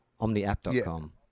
Omniapp.com